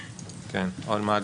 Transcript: (א'),